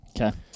Okay